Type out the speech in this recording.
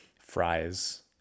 fries